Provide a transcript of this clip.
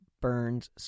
Burns